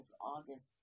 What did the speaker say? August